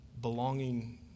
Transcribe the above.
belonging